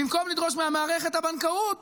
במקום לדרוש ממערכת הבנקאות